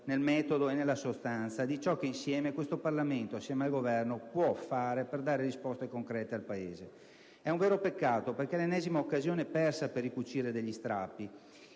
nel metodo e nella sostanza di ciò che questo Parlamento, assieme al Governo, può fare per dare risposte concrete al Paese. È un vero peccato, perché è l'ennesima occasione persa per ricucire degli strappi